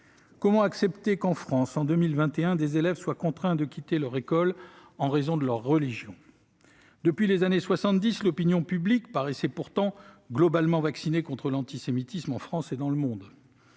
Comment accepter qu'en France, en 2021, des élèves soient contraints de quitter leur école en raison de leur religion ? Depuis les années 1970, l'opinion publique paraissait pourtant globalement vaccinée contre l'antisémitisme, en France et dans le monde.